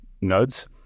nodes